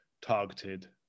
targeted